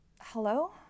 Hello